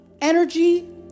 energy